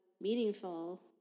meaningful